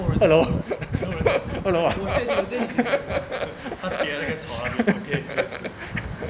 hello 二楼 ah